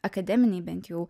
akademinėj bent jau